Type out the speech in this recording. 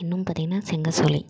இன்னும் பார்த்தீங்கன்னா செங்கற்சூளை